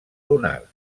lunars